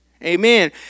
Amen